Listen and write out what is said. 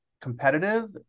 competitive